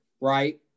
Right